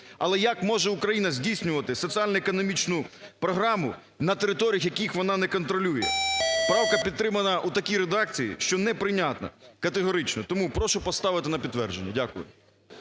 Але як може Україна здійснювати соціально-економічну програму на територіях, які вона не контролює? Правка підтримана у такій редакції, що неприйнятна категорично. Тому прошу поставити на підтвердження. Дякую.